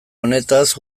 honetaz